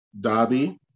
Dobby